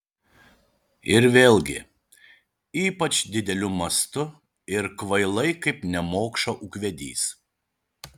ir vėlgi ypač dideliu mastu ir kvailai kaip nemokša ūkvedys